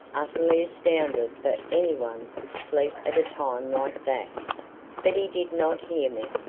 utterly astounded that any one could sleep at a time like that but he did not hear me.